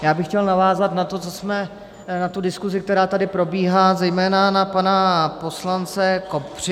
Já bych chtěl navázat na to, na tu diskusi, která tady probíhá, zejména na pana poslance Kopřivu.